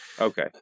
Okay